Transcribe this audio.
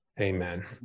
Amen